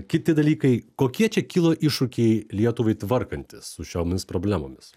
kiti dalykai kokie čia kilo iššūkiai lietuvai tvarkantis su šiomis problemomis